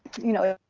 you know,